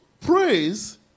praise